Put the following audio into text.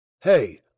Hey